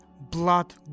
blood